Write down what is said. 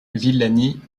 villani